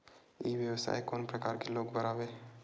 ई व्यवसाय कोन प्रकार के लोग बर आवे?